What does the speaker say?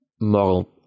moral